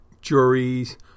juries